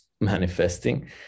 manifesting